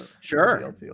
sure